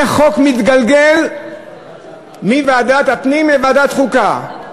איך חוק מתגלגל מוועדת הפנים לוועדת החוקה?